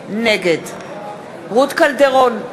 נגד רות קלדרון,